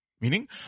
Meaning